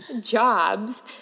jobs